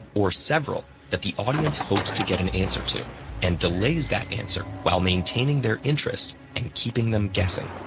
or several, that the audience hopes to get an answer to and delays that answer while maintaining their interest and keeping them guessing.